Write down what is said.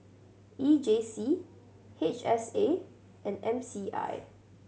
E J C H S A and M C I